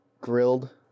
grilled